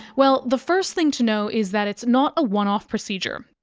well, the first thing to know is that it's not a one-off procedure.